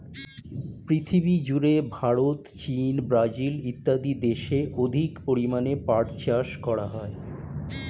পৃথিবীজুড়ে ভারত, চীন, ব্রাজিল ইত্যাদি দেশে অধিক পরিমাণে পাট চাষ করা হয়